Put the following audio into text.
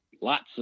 lots